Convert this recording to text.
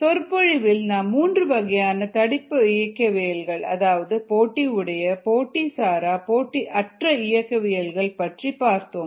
சொற்பொழிவில் நாம் மூன்று வகையான தடுப்பு இயக்கவியல்கள் அதாவது போட்டி உடைய போட்டி சாரா போட்டி அற்ற இயக்கவியல்கள் பற்றி பார்த்தோம்